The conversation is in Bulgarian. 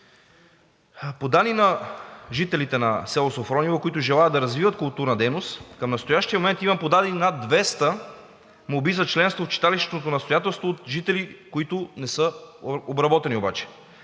По данни на жителите на село Софрониево, които желаят да развиват културна дейност, към настоящия момент има подадени над 200 молби за членство в читалищното настоятелство, които не са обработени.